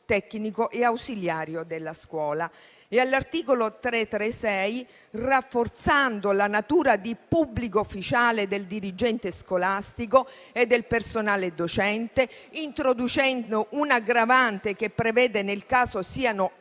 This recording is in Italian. e ausiliario della scuola, e all'articolo 336 del codice penale, rafforzando la natura di pubblico ufficiale del dirigente scolastico e del personale docente, introducendo un'aggravante che prevede, nel caso siano